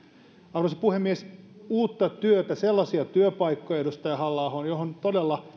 arvoisa puhemies uutta työtä sellaisia työpaikkoja edustaja halla aho jotka todella